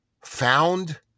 found